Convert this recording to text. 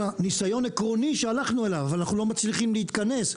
ניסיון עקרוני שהלכנו אליו אבל אנחנו לא מצליחים להתכנס,